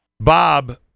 Bob